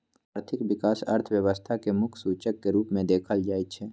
आर्थिक विकास अर्थव्यवस्था के मुख्य सूचक के रूप में देखल जाइ छइ